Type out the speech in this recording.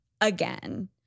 again